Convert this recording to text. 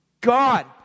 God